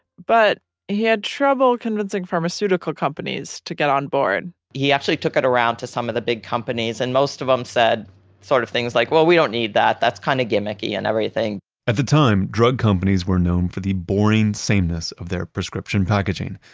but he had trouble convincing pharmaceutical companies to get on board. he actually took it around to some of the big companies and most of them um said sort of things like well, we don't need that kind of gimmicky and everything' at the time drug companies were known for the boring sameness of their prescription packaging.